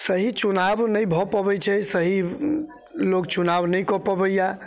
सही चुनाओ नहि भऽ पबैत छै सही लोग चुनाओ नहि कऽ पबैया